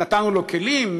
נתנו לו כלים,